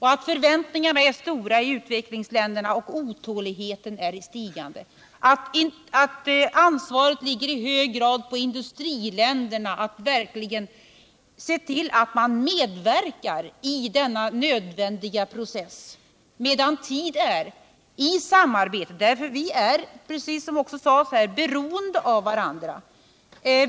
Förväntningarna i utvecklingsländerna är stora, och otåligheten är i stigande. Ansvaret ligger i hög grad på industriländerna att verkligen medverka i denna nödvändiga process medan tid är, i samarbete med varandra. Vi är, som också sades här, beroende av varandra.